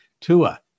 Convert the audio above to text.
Tua